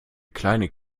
kleine